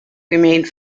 remained